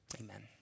Amen